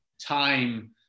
time